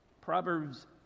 Proverbs